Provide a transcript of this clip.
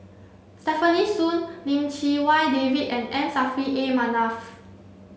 Stefanie Sun Lim Chee Wai David and M Saffri A Manaf